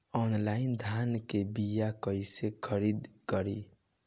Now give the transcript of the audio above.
Online धान के बीया कइसे खरीद करी?